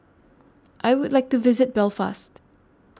I Would like to visit Belfast